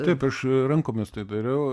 taip aš rankomis tai dariau